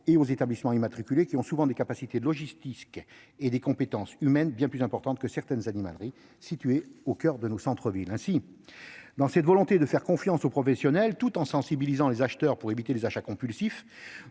qu'aux établissements immatriculés ; ceux-ci ont souvent des capacités logistiques et des compétences humaines bien plus importantes que certaines animaleries situées au coeur de nos centres-villes. C'est pourquoi, animés de cette volonté de faire confiance aux professionnels, tout en sensibilisant les acheteurs pour éviter les achats compulsifs,